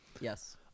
Yes